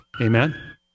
Amen